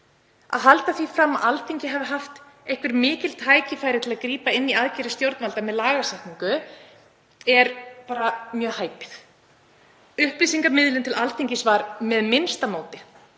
Að halda því fram að Alþingi hafi haft mikil tækifæri til að grípa inn í aðgerðir stjórnvalda með lagasetningu er bara mjög hæpið. Upplýsingamiðlun til Alþingis var með allra minnsta móti.